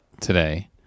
today